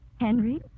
Henry